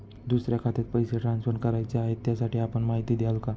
दुसऱ्या खात्यात पैसे ट्रान्सफर करायचे आहेत, त्यासाठी आपण माहिती द्याल का?